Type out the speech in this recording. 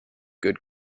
good